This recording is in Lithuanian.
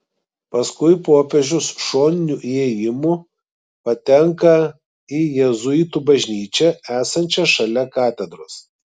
paskui popiežius šoniniu įėjimu patenka į jėzuitų bažnyčią esančią šalia katedros